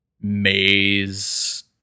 maze